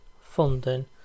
funding